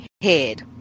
head